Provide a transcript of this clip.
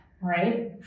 Right